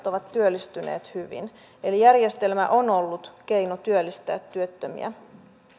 ovat työllistyneet hyvin eli järjestelmä on ollut keino työllistää työttömiä